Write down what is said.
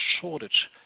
shortage